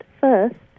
first